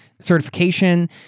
certification